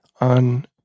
on